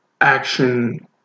action